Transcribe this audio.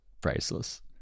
priceless